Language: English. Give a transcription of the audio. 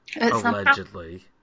Allegedly